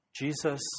Jesus